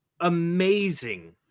amazing